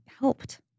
helped